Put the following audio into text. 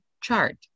CHART